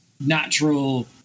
natural